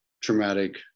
traumatic